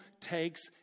takes